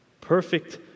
perfect